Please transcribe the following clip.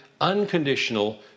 unconditional